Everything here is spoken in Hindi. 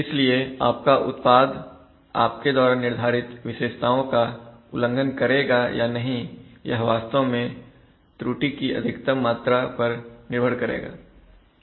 इसलिए आपका उत्पाद आपके द्वारा निर्धारित विशेषताओं का उल्लंघन करेगा या नहीं यह वास्तव में त्रुटि की अधिकतम मात्रा पर निर्भर करेगा